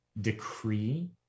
decree